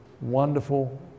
wonderful